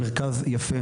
מרכז יפה,